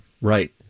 Right